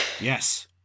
Yes